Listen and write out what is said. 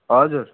हजुर